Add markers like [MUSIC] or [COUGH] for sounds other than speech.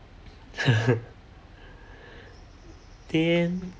[LAUGHS] then